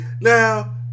now